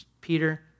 Peter